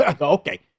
Okay